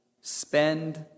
spend